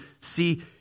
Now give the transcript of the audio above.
see